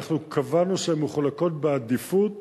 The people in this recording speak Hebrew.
קבענו שהן מחולקות בעדיפות